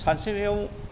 सानस्रिनायाव